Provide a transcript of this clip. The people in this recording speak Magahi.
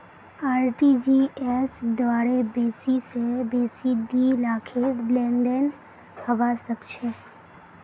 आर.टी.जी.एस द्वारे बेसी स बेसी दी लाखेर लेनदेन हबा सख छ